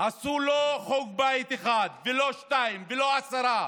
עשו לא חוג בית אחד ולא שניים ולא עשרה,